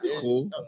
Cool